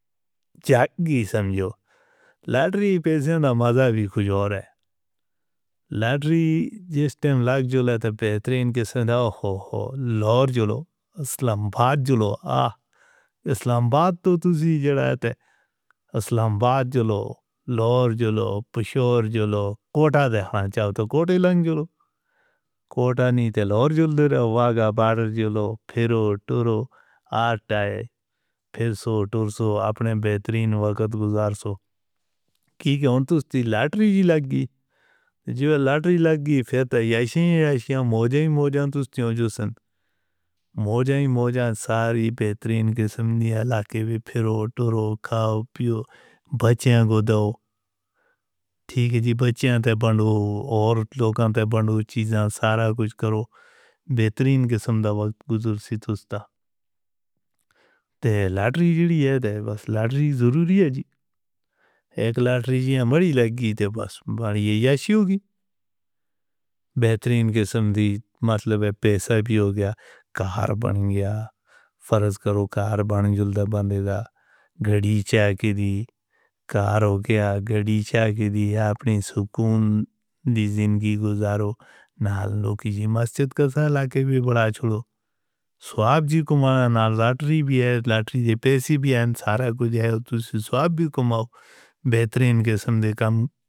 جاگی سمجھو! لاٹری پے سوں مزا وی کجھ تے ہور ای۔ لاٹری جس وقت لگ جُلدی اے، بہترین دے سدھ آہو ہو لور جولو۔ اسلم آباد جولو آہ۔ اسلام آباد تاں تُساں جڑاندے او۔ اسلام آباد جولو، لور جولو، پشور جولو، کوٹا دے۔ ہاں چاہو تاں کوٹی لنگ جولو۔ کوٹا نئیں تیل تے جُل دے راہے او واگا بارر جولو، پھیرو، موج ساری بہترین دے سمانیا لا کے وی پھیرو تورو کھاؤ پیو۔ بچے گوداو۔ ٹھیک اے جی بچیاں تے بنو تے لوکاں تے بنو چیزیں سارا کجھ کرو۔ بہترین دے سدھ دوا بزرگی سی سستا۔ تے اے لاٹری سیڑھی اے بس۔ لاٹری ضروری اے جی۔ اک لاٹری جی ہاری لگی تاں بس وڈی ایہی ایسی ہوسی۔ بہترین دے سدھی مطلب اے پیسہ وی ہو گیا، کار وی ہو گئی، فرض کرو کار وَن جلدی بنیگی۔ گھڑی چاکری، کار ہو گئی، گھڑی چاکری اپݨی سکون دی زندگی گزرو، نہا لو کریئے مسجد دے صلاح دے وی وڈے چھوڑو۔ سہاگ جی کمار، انام لاٹری وی اے، لاٹری جیب سی وی اے تے سارا کجھ اے تے تُساں توں، سواد وی کماؤ۔ بہترین دے سندے کم۔"